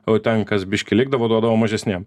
o ten kas biškį likdavo duodavo mažesnėm